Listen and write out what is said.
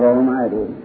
Almighty